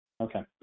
Okay